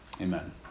amen